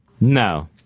no